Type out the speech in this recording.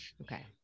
Okay